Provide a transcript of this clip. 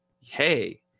hey